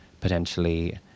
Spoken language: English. potentially